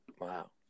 Wow